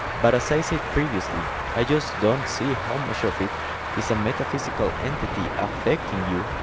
but as i said previously i just don't see how much of it is a metaphysical entity affecting you,